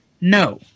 No